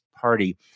party